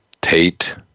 Tate